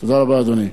תודה רבה, אדוני.